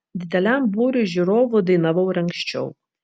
dideliam būriui žiūrovų dainavau ir anksčiau